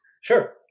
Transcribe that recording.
Sure